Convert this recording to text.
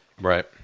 right